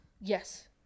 Yes